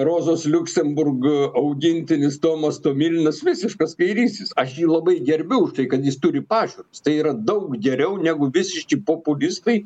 rozos liuksemburg augintinis tomas tomilinas visiškas kairysis aš jį labai gerbiu už tai kad jis turi pažiūras tai yra daug geriau negu visiški populistai